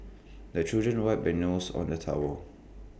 the children wipe their noses on the towel